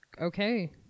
okay